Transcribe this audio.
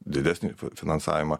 didesnį finansavimą